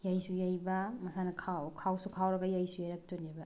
ꯌꯩꯁꯨ ꯌꯩꯕ ꯃꯁꯥꯅ ꯈꯥꯎꯁꯨ ꯈꯥꯎꯔꯒ ꯌꯩꯁꯨ ꯌꯩꯔꯛꯇꯣꯏꯅꯦꯕ